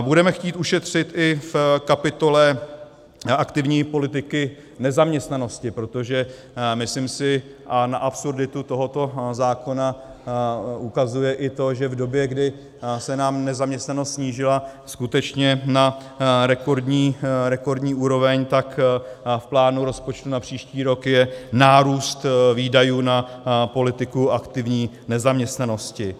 Budeme chtít ušetřit i v kapitole aktivní politiky nezaměstnanosti, protože myslím si, a na absurditu tohoto zákona ukazuje i to, že v době, kdy se nám nezaměstnanost snížila skutečně na rekordní úroveň, tak v plánu rozpočtu na příští rok je nárůst výdajů na politiku aktivní nezaměstnanosti.